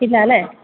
ഇല്ല അല്ലെ